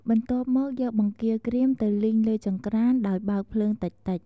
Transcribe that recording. បន្ទាប់មកយកបង្គារក្រៀមទៅលីងលើចង្ក្រានដោយបើកភ្លើងតិចៗ។